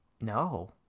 No